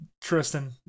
tristan